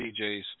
DJs